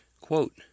Quote